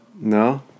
No